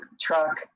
truck